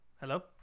Hello